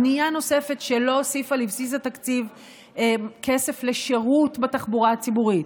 בנייה נוספת שלא הוסיפה לבסיס התקציב כסף לשירות בתחבורה הציבורית,